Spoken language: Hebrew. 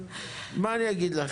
מה אני אגיד לך.